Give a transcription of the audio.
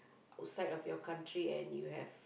outside of your country and you have